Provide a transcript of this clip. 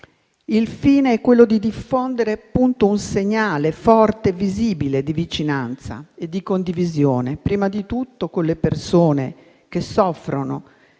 Il fine è diffondere un segnale forte e visibile di vicinanza e condivisione prima di tutto alle persone che soffrono